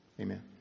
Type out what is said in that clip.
Amen